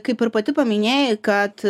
kaip ir pati paminėjai kad